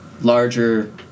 Larger